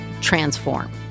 transform